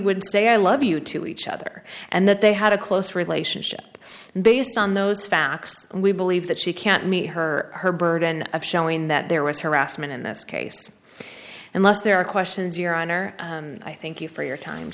would say i love you to each other and that they had a close relationship based on those facts and we believe that she can't meet her her burden of showing that there was harassment in this case unless there are questions your honor i thank you for your time